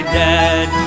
dead